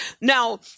now